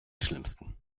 schlimmsten